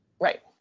Right